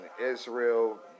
Israel